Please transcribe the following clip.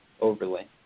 overlay